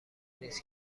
نیست